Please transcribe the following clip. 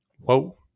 Whoa